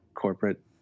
corporate